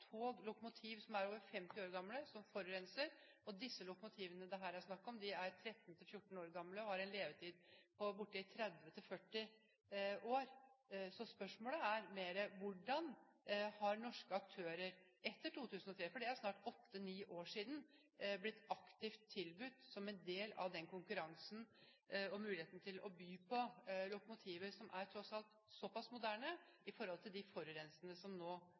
er over 50 år gamle, og som forurenser. De lokomotivene det her er snakk om, er 13–14 år gamle og har en levetid på opp til 30–40 år. Så spørsmålet er mer hvordan norske aktører etter 2003 – det er 8–9 år siden – har blitt aktivt tilbudt, som en del av konkurransen, muligheten til å by på lokomotiver som tross alt er så pass moderne i forhold til de forurensende som nå